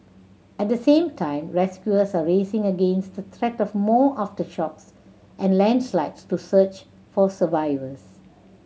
at the same time rescuers are racing against the threat of more aftershocks and landslides to search for survivors